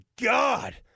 God